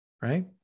right